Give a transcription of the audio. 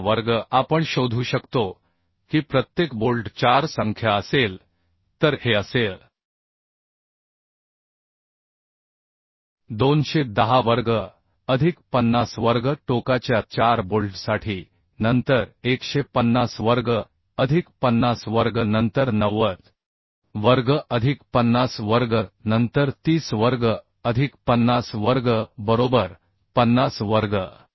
r चा वर्ग आपण शोधू शकतो की प्रत्येक बोल्ट चार संख्या असेल तर हे असेल 210 वर्ग अधिक 50 वर्ग टोकाच्या चार बोल्टसाठी नंतर 150 वर्ग अधिक 50 वर्ग नंतर 90 वर्ग अधिक 50 वर्ग नंतर 30 वर्ग अधिक 50 वर्ग बरोबर 50 वर्ग